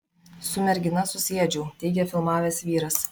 su mergina susiėdžiau teigia filmavęs vyras